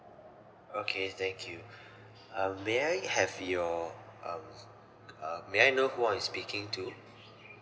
okay thank you um may I have your um uh may I know who I'm speaking to